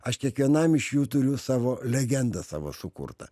aš kiekvienam iš jų turiu savo legendą savo sukurtą